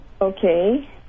Okay